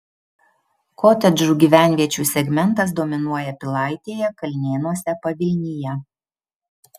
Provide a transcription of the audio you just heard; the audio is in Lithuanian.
kotedžų gyvenviečių segmentas dominuoja pilaitėje kalnėnuose pavilnyje